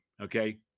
okay